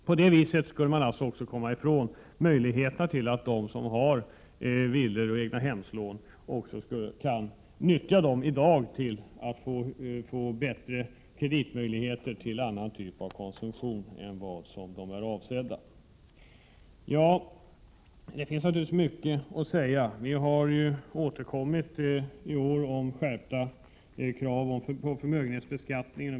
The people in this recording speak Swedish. På det viset skulle man komma ifrån att de som har egnahemslån utnyttjar dem till andra typer av konsumtion än de är avsedda för. Det finns naturligtvis mycket att säga. Vi har återkommit i år om skärpta krav i fråga om förmögenhetsbeskattningen.